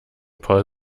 paul